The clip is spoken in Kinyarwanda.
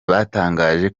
batangaje